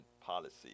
policy